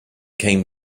came